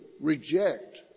reject